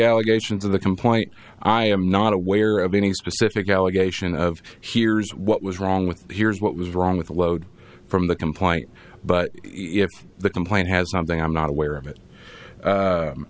allegations of the complaint i am not aware of any specific allegation of here's what was wrong with here's what was wrong with the load from the compliant but if the complaint has something i'm not aware of it